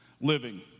Living